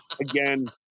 Again